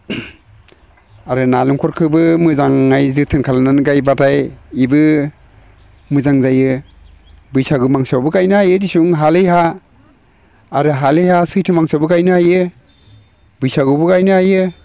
आरो नारेंखलखौबो मोजाङै जोथोन खालामनानै गायबाथाय बेबो मोजां जायो बैसागो मासोआवबो गायनो हायो देसुन हा लायै हा आरो हा लायै हा सैथो मासोआवबो गायनो हायो बैसागोआवबो गायनो हायो